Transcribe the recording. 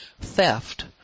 theft